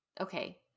Okay